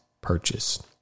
purchase